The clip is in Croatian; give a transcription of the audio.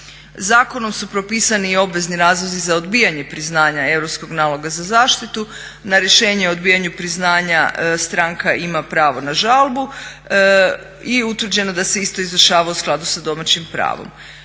Zakonom su propisani i obvezni razlozi za odbijanje priznanja europskog naloga za zaštitu. Na rješenje o odbijanju priznanja stranka ima pravo na žalbu. I utvrđeno je da se isto izvršava u skladu sa domaćim pravom.